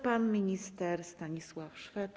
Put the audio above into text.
Pan minister Stanisław Szwed.